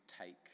take